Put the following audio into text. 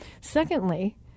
Secondly